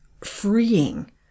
freeing